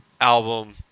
album